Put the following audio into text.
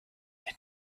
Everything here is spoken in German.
den